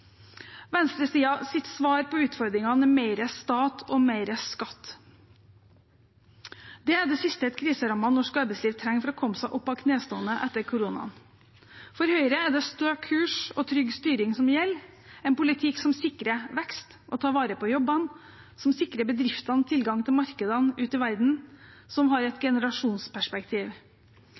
svar på utfordringene er mer stat og mer skatt. Det er det siste et kriserammet norsk arbeidsliv trenger for å komme seg opp av knestående etter koronaen. For Høyre er det stø kurs og trygg styring som gjelder, en politikk som sikrer vekst og tar vare på jobbene, som sikrer bedriftene tilgang til markedene ute i verden, som har et generasjonsperspektiv,